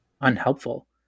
unhelpful